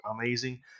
amazing